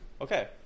okay